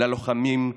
ללוחמים,